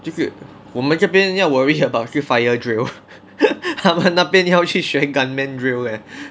我们这边要 worry about 是 fire drill 他们那边要去学 gunmen drill leh